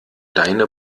deine